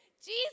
Jesus